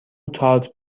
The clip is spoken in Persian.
تارت